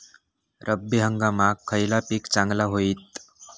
रब्बी हंगामाक खयला पीक चांगला होईत?